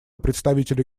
представителя